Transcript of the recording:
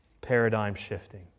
paradigm-shifting